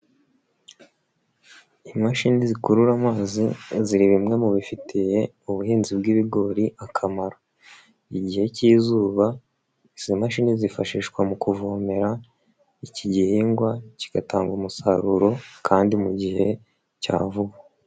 Imashini zikurura amazi, ziri bimwe mu bifitiye ubuhinzi bw'ibigori akamaro. Igihe cy'izuba, izi mashini zifashishwa mu kuvomera, iki gihingwa kigatanga umusaruro kandi mu gihe cya vuba.